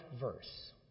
verse